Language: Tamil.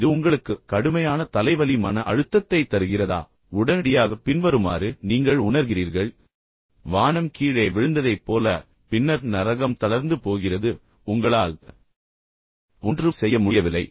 இது உங்களுக்கு கடுமையான தலைவலி மன அழுத்தத்தைத் தருகிறதா பின்னர் உடனடியாக பின்வருமாறு நீங்கள் உணர்கிறீர்கள் வானம் கீழே விழுந்ததைப் போல பின்னர் நரகம் தளர்ந்து போகிறது உங்களால் ஒன்றும் செய்ய முடியவில்லை